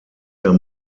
der